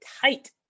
tight